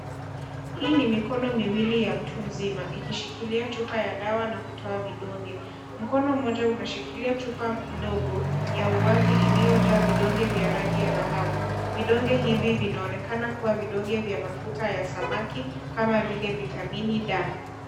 Hii ni mikono miwili ya mtu mzima, ikishikilia chupa ya dawa na kutoa vidonge. Mkono mmoja unashikilia chupa ndogo, ya uwazi iliyojaa vidonge vya rangi ya dhahabu. Vidonge hivi vinaonekana kuwa vidonge vya mafuta ya samaki, kama vile vitamini D.